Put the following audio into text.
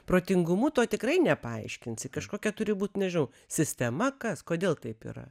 protingumu to tikrai nepaaiškinsi kažkokia turi būt nežinau sistema kas kodėl taip yra